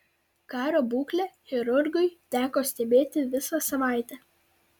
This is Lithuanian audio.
kario būklę chirurgui teko stebėti visą savaitę